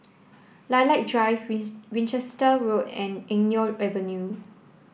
Lilac Drive Winchester Road and Eng Neo Avenue